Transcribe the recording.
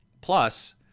Plus